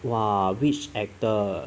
!wah! which actor